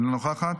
אינה נוכחת,